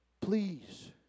Please